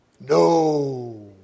No